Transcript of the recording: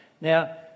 now